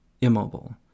immobile